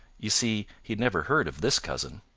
you see, he had never heard of this cousin.